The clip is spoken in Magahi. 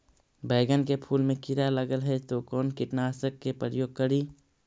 बैगन के फुल मे कीड़ा लगल है तो कौन कीटनाशक के प्रयोग करि?